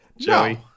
No